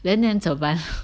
then then 怎办